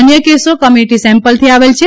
અન્ય કેસો કમ્યુનિટી સેમ્પલથી આવેલ છે